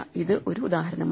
ഇത് ഒരു ഉദാഹരണമാണ്